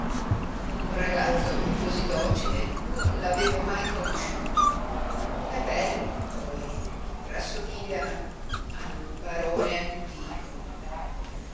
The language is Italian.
un ragazzo cosí docile non l'avevo mai conosciuto e bello poi rassomiglia al barone antico